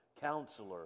Counselor